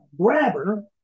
grabber